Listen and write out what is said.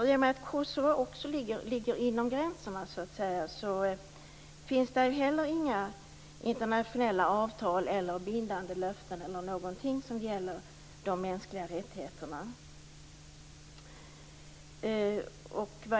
I och med att Kosovo ligger inom gränserna finns där inte heller några internationella avtal, bindande löften eller någonting som gäller de mänskliga rättigheterna.